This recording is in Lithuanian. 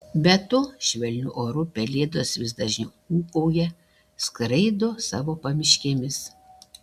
be to švelniu oru pelėdos vis dažniau ūkauja skraido savo pamiškėmis